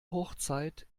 hochzeit